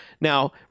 now